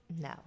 No